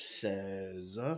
says